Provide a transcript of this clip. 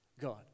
God